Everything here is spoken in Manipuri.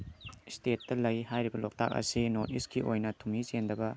ꯏꯁꯇꯦꯠꯇ ꯂꯩ ꯍꯥꯏꯔꯤꯕ ꯂꯣꯛꯇꯥꯛ ꯑꯁꯤ ꯅꯣꯔꯠ ꯏꯁꯀꯤ ꯑꯣꯏꯅ ꯊꯨꯝꯍꯤ ꯆꯦꯟꯗꯕ